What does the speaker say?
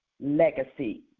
legacy